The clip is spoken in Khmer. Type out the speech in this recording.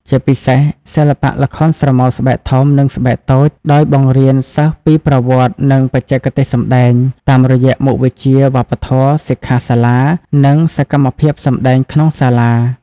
ជាពិសេសសិល្បៈល្ខោនស្រមោលស្បែកធំ និងស្បែកតូច ដោយបង្រៀនសិស្សពីប្រវត្តិ និងបច្ចេកទេសសម្តែង តាមរយៈមុខវិជ្ជាវប្បធម៌ សិក្ខាសាលា និងសកម្មភាពសម្តែងក្នុងសាលា។